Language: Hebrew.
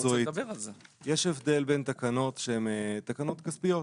יש הבדל בין תקנות שהן תקנות כספיות,